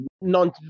non